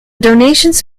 donations